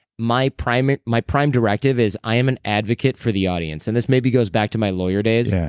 my primary my primary directive is i am an advocate for the audience. and this maybe goes back to my lawyer days, yeah